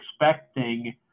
expecting